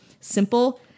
Simple